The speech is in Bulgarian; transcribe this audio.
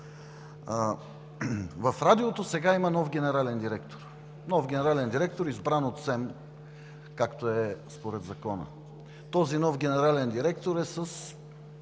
В Радиото сега има нов генерален директор – нов генерален директор, избран от СЕМ, както е според Закона. Този нов генерален директор,